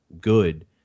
good